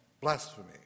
Blasphemy